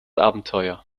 abenteuer